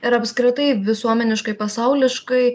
ir apskritai visuomeniškai pasauliškai